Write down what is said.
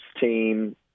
team